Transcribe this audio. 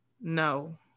No